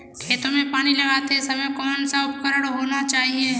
खेतों में पानी लगाते समय कौन सा उपकरण होना चाहिए?